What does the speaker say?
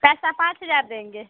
पैसा पाँच हज़ार देंगे